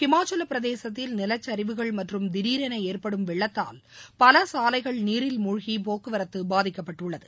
இமாச்சல பிரதேசத்தில் நிலச்சரிவுகள் மற்றும் திடீரென ஏற்படும் வெள்ளத்தால் பல சாலைகள் நீரில் மூழ்கி போக்குவரத்து பாதிக்க்பட்டுள்ளது